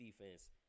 defense